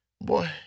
Boy